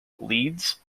leeds